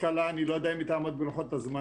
קלה אני לא יודע אם היא תעמוד בלוחות הזמנים.